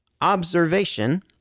observation